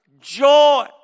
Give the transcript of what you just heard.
Joy